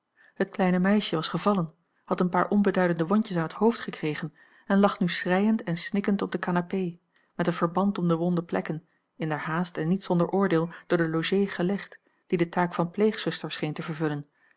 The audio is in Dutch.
het kleine meisje was gevallen had een paar onbeduidende wondjes aan het hoofd gekregen en lag nu schreiend en snikkend op de canapé met een verband om de wonde plekken inderhaast en niet zonder oordeel door de logée gelegd die de taak van pleegzuster scheen te vervullen